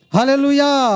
Hallelujah